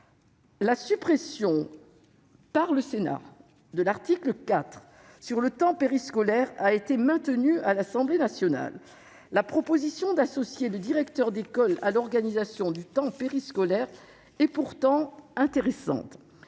La suppression par le Sénat de l'article 4 sur le temps périscolaire a été maintenue à l'Assemblée nationale. La proposition consistant à associer le directeur d'école à l'organisation du temps périscolaire est pourtant intéressante.